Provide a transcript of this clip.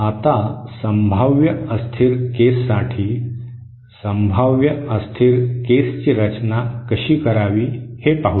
आता संभाव्य अस्थिर केससाठी संभाव्य अस्थिर केसची रचना कशी करावी हे पाहूया